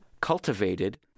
cultivated